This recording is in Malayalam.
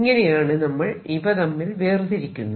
ഇങ്ങനെയാണ് നമ്മൾ ഇവ തമ്മിൽ വേർതിരിക്കുന്നത്